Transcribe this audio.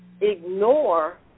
ignore